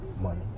money